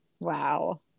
wow